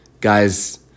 guys